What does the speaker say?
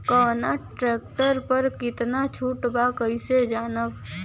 कवना ट्रेक्टर पर कितना छूट बा कैसे जानब?